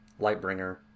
Lightbringer